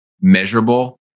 measurable